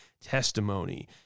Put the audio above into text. testimony